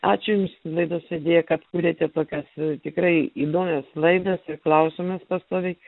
ačiū jums laidos vedėja kad kuriate tokias tikrai įdomias laidas ir klausimus pastoviai